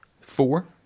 four